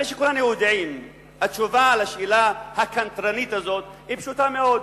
כולם יודעים שהתשובה על השאלה הקנטרנית הזאת היא פשוטה מאוד.